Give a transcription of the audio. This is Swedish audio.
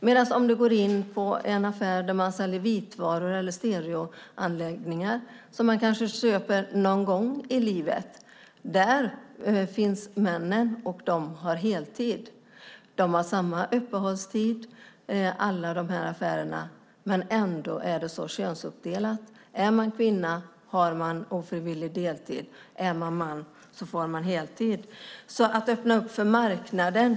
Medan i affärer där det säljs vitvaror eller stereoanläggningar, som man kanske köper någon gång livet, finns männen och de har heltid. Det är samma öppettider i alla affärer, men ändå är det så könsuppdelat. En kvinna har ofrivillig deltid, en man jobbar heltid. Man säger att man öppnat upp för marknaden.